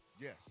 Yes